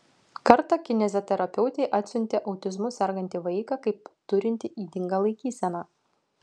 kartą kineziterapeutei atsiuntė autizmu sergantį vaiką kaip turintį ydingą laikyseną